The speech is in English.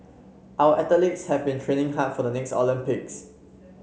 our athletes have been training hard for the next Olympics